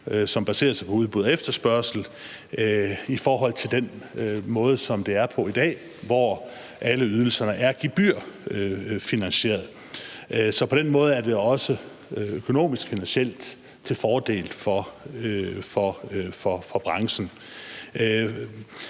som baserer sig på udbud og efterspørgsel, i forhold til den måde, som det er på i dag, hvor alle ydelserne er gebyrfinansierede. Så på den måde er det også økonomisk og finansielt til fordel for branchen.